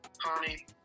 honey